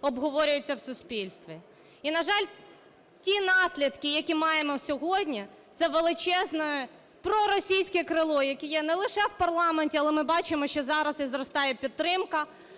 обговорюється в суспільстві. І, на жаль, ті наслідки, які маємо сьогодні, це величезне проросійське крило, яке є не лише в парламенті. Але ми бачимо, що зараз і зростає підтримка